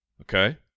Okay